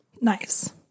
Nice